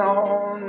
on